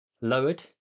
lowered